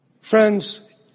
Friends